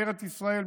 בארץ ישראל,